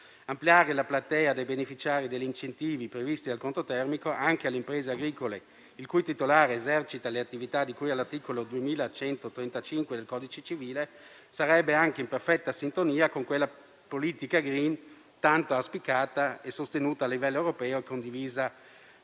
ampliare la platea dei beneficiari degli incentivi previsti dal conto termico anche alle imprese agricole il cui titolare esercita le attività di cui all'articolo 2135 del codice civile sarebbe anche in perfetta sintonia con quella politica *green* tanto auspicata e sostenuta livello europeo e condivisa